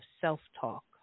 self-talk